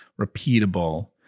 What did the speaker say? repeatable